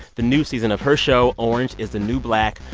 the new season of her show, orange is the new black,